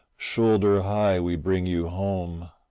shoulder-high we bring you home,